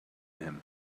him